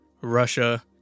Russia